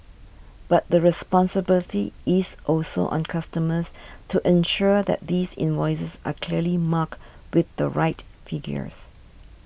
but the responsibility is also on customers to ensure that these invoices are clearly marked with the right figures